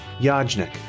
Yajnik